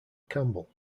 campbell